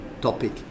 topic